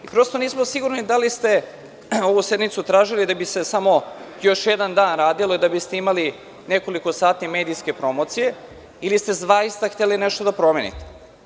Prosto nismo sigurno da li ste ovu sednicu tražili da bi se samo još jedan dan radilo i da biste imali nekolik sati medijske promocije, ili ste zaista hteli nešto da promenite?